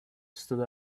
stood